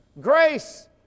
Grace